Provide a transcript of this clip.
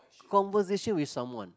conversation with someone